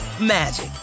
magic